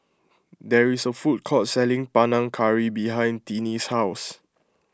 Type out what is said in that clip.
there is a food court selling Panang Curry behind Tinnie's house